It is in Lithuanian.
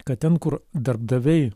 kad ten kur darbdaviai